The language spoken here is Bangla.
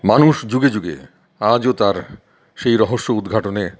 মানুষ যুগে যুগে আজও তার সেই রহস্য উদঘাটনে